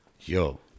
Yo